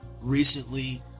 Recently